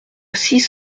six